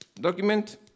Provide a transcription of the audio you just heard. document